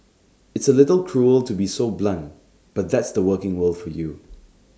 it's A little cruel to be so blunt but that's the working world for you